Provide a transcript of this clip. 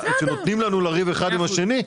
שהם רוצים שהילדים ידעו הרבה יותר מהציבור החילוני,